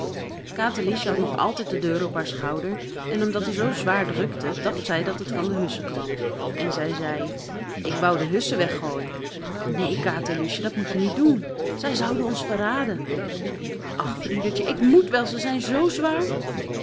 katerliesje had nog altijd de deur op haar schouder en omdat die zoo zwaar drukte dacht zij dat het van de hussen kwam en zij zei ik wou de hussen weggooien neen katerliesje dat moet je niet doen zij zouden ons verraden ach friedertje ik moet wel zij zijn zoo zwaar